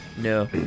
no